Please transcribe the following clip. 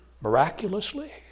miraculously